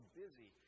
busy